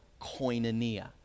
koinonia